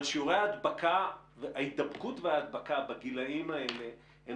אבל שיעורי ההידבקות וההדבקה בגילאים האלה הם